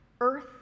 earth